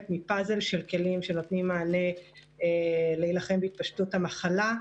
מפאזל של כלים שנותנים מענה להילחם בהתפשטות המחלה,